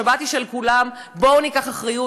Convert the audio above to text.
השבת היא של כולם, בואו ניקח אחריות.